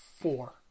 Four